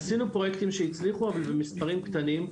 עשינו פרויקטים שהצליחו, אבל במספרים קטנים.